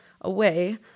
away